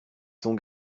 sont